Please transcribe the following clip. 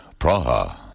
Praha